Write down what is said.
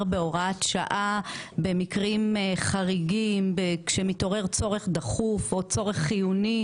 בהוראת שעה במקרים חריגים כאשר מתעורר צורך דחוף או צורך חיוני